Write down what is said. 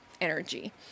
energy